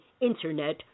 internet